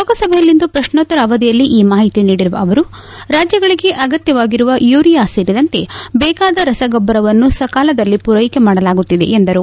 ಲೋಕಸಭೆಯಲ್ಲಿಂದು ಪ್ರತ್ನೋತ್ತರ ಅವಧಿಯಲ್ಲಿ ಈ ಮಾಹಿತಿ ನೀಡಿರುವ ಅವರು ರಾಜ್ಯಗಳಿಗೆ ಅಗತ್ವವಾಗಿರುವ ಯೂರಿಯಾ ಸೇರಿದಂತೆ ಬೇಕಾದ ರಸಗೊಬ್ಬರವನ್ನು ಸಕಾಲದಲ್ಲಿ ಪೂರೈಕೆ ಮಾಡಲಾಗುತ್ತಿದೆ ಎಂದರು